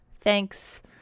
thanks